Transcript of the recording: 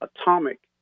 atomic